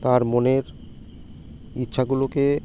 আর মনের ইচ্ছাগুলোকে